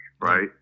right